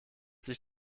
sich